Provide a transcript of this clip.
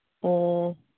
ꯑꯣ